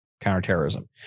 counterterrorism